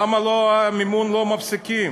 למה המימון לא מופסק?